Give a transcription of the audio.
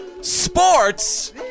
sports